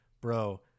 bro